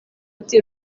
ati